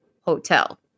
Hotel